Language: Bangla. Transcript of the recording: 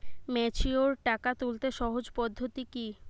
ম্যাচিওর টাকা তুলতে সহজ পদ্ধতি কি?